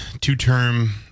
two-term